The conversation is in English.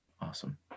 awesome